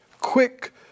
quick